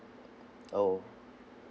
oh